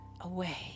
away